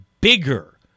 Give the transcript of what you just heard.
bigger